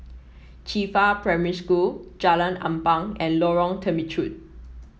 Qifa Primary School Jalan Ampang and Lorong Temechut